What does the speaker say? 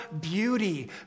beauty